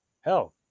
Hell